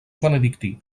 benedictí